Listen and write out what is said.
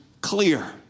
clear